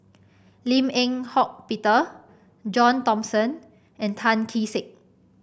Lim Eng Hock Peter John Thomson and Tan Kee Sek